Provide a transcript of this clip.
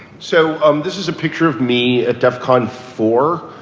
so um this is a picture of me at defcon four.